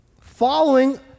following